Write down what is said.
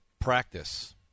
practice